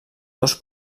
dos